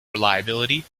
reliability